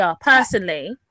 personally